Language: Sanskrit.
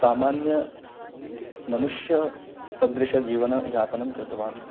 सामान्यमनुष्यसदृशं जीवनयापनं कृतवान्